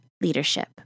leadership